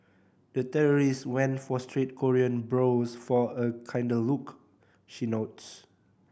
the terrorist went for straight Korean brows for a kinder look she notes